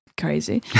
crazy